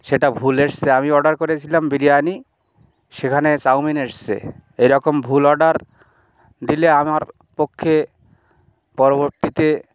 সেটা ভুল এসছে আমি অর্ডার করেছিলাম বিরিয়ানি সেখানে চাউমিন এসেছে এরকম ভুল অর্ডার দিলে আমার পক্ষে পরবর্তীতে